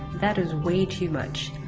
that is way too much!